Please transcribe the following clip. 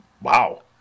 Wow